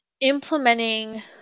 implementing